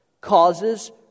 causes